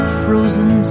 frozen